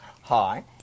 Hi